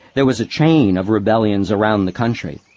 there was a chain of rebellions around the country,